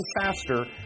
faster